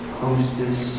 hostess